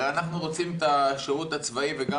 הרי אנחנו רוצים את השירות הצבאי וגם